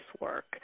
work